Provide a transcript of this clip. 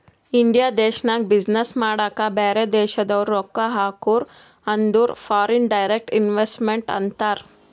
India ದೇಶ್ನಾಗ business ಮಾಡಾಕ ಬ್ಯಾರೆ ದೇಶದವ್ರು ರೊಕ್ಕಾ ಹಾಕುರ್ ಅಂದುರ್ ಫಾರಿನ್ ಡೈರೆಕ್ಟ್ ಇನ್ವೆಸ್ಟ್ಮೆಂಟ್ ಅಂತಾರ್